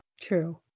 True